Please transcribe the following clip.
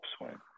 upswing